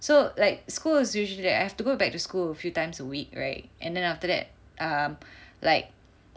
so like school as usually I have to go back to school a few times a week right and then after that um like